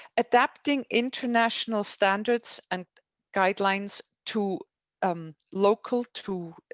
adapting international standards and guidelines to um local to